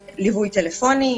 נעשה ליווי טלפוני.